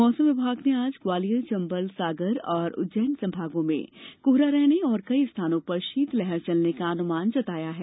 मौसम विभाग ने आज ग्वालियर चंबल सागर और उज्जैन संभागों में कोहरा रहने और कई स्थानों पर शीतलहर चलने का अनुमान व्यक्त किया है